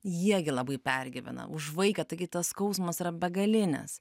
jie gi labai pergyvena už vaiką taigi tas skausmas yra begalinis